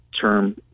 term